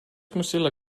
mozilla